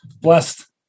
blessed